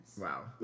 wow